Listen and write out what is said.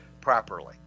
properly